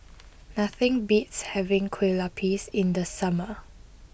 nothing beats having Kueh Lopes in the summer